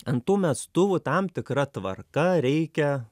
ant tų mestuvų tam tikra tvarka reikia